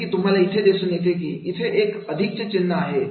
जसे की तुम्हाला इथे दिसून येते इथे एक अधिक चे चिन्ह आहे